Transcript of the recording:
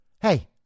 hey